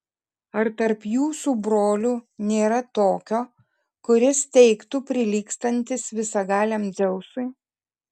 ar tarp jūsų brolių nėra tokio kuris teigtų prilygstantis visagaliam dzeusui